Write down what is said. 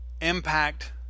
impact